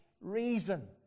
reason